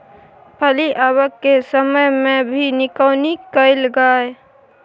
फली आबय के समय मे भी निकौनी कैल गाय?